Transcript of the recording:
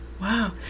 Wow